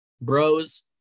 bros